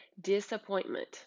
Disappointment